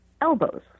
Elbows